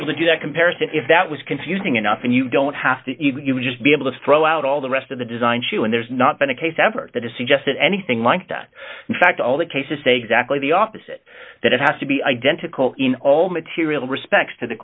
able to do that comparison if that was confusing enough and you don't have to just be able to throw out all the rest of the design shoe and there's not been a case ever that is suggested anything like that in fact all the cases say exactly the opposite that it has to be identical in all material respects to the